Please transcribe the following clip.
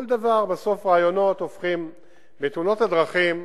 בתאונות הדרכים,